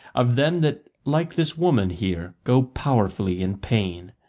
of them that, like this woman here, go powerfully in pain.